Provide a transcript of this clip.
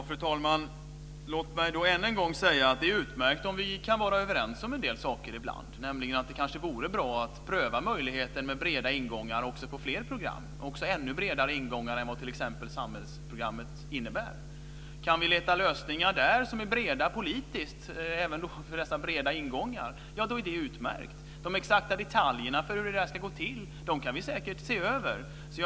Fru talman! Låt mig än en gång säga att det är utmärkt om vi ibland kan vara överens om en del saker, nämligen att det kanske vore bra att pröva möjligheten med breda ingångar också på fler program, också med ännu bredare ingångar än vad som t.ex. gäller på samhällsprogrammet. Kan vi hitta politiska lösningar på frågan om breda ingångar är det utmärkt. De exakta detaljerna i hur det ska ske kan vi säkert komma fram till.